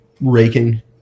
raking